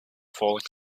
falling